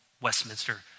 Westminster